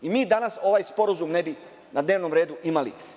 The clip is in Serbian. I mi danas ovaj sporazum ne bi na dnevnom redu imali.